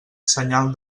senyal